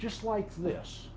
just like this